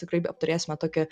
tikrai beapturėsime tokį